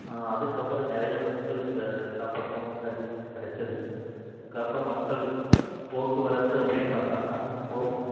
அதுக்கப்புறம் நிறையா பஸ்ஸுகள் இந்த எல்லாப் பக்கமும் சர்வீஸ் கிடச்சது அதுக்கப்புறோம் மக்கள் போக்குவரத்து அப்படின்னு பார்த்தம்னா ரொம்பவும்